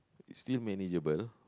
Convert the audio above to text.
it's still manageable